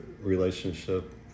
relationship